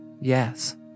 Yes